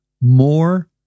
more